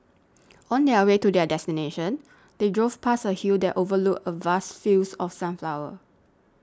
on their way to their destination they drove past a hill that overlooked a vast fields of sunflowers